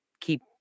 keep